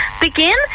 begin